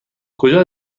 کجا